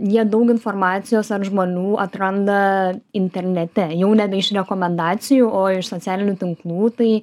jie daug informacijos ar žmonių atranda internete jau nebe iš rekomendacijų o iš socialinių tinklų tai